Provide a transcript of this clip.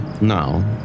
now